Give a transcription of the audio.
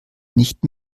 nicht